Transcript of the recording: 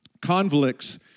Conflicts